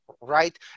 Right